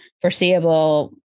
foreseeable